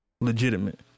legitimate